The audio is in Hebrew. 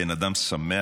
בן אדם שמח,